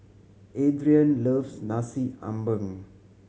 Adrian loves Nasi Ambeng